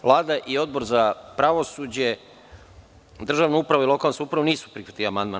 Vlada i Odbor za pravosuđe, državnu upravu i lokalnu samoupravu nisu prihvatili amandman.